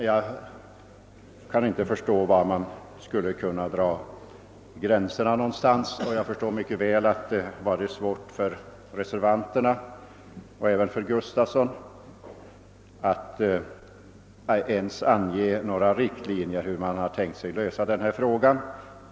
Jag kan inte förstå hur man skulle kunna dra upp några gränser. Jag förstår mycket väl att det varit svårt för reservanterna och även för herr Gustavsson att ange ens några riktlinjer för hur man tänkt sig lösa denna fråga.